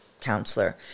counselor